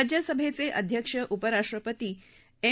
राज्यसभेचे अध्यक्ष उपराष्ट्रपती एम